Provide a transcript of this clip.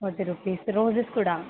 forty rupees roses కూడా